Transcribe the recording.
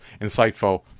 insightful